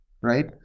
right